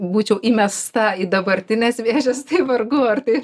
būčiau įmesta į dabartines vėžes tai vargu ar taip